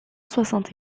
soixante